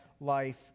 life